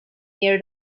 near